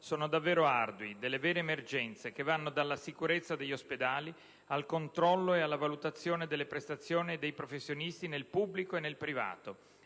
sono davvero ardui, delle vere emergenze, che vanno dalla sicurezza degli ospedali al controllo e alla valutazione delle prestazioni e dei professionisti nel pubblico e nel privato,